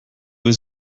was